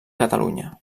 catalunya